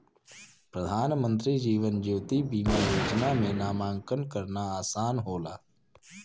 प्रधानमंत्री जीवन ज्योति बीमा योजना में नामांकन करना आसान होला